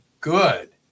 good